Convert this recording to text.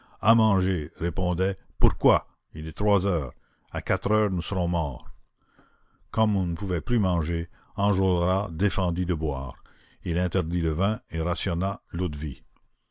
à manger répondait pourquoi il est trois heures à quatre heures nous serons morts comme on ne pouvait plus manger enjolras défendit de boire il interdit le vin et rationna l'eau-de-vie